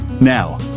Now